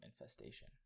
infestation